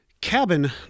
cabin